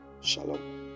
Shalom